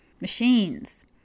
machines